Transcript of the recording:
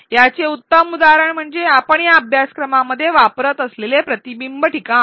याचे उत्तम उदाहरण म्हणजे आपण या अभ्यासक्रमामध्ये वापरत असलेले प्रतिबिंब ठिकाण